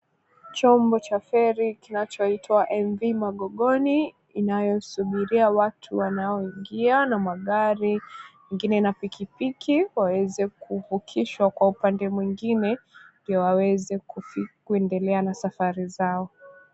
Chombo cha feri kinachoitwa MV MAGOGONI inayosubiria watu wanaoingia na magari, ingine ina pikipiki waweze kuvukishwa kwa upande mwingine ndio waweze kuendelea na safari zao.